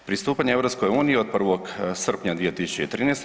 Pristupanjem EU od 1.srpnja 2013.